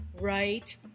right